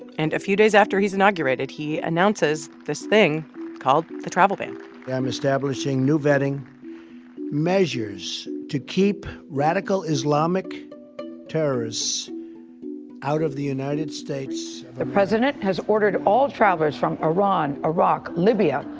and a few days after he's inaugurated, he announces this thing called the travel ban i'm establishing new vetting measures to keep radical islamic terrorists out of the united states the president has ordered all travelers from iran, iraq, libya,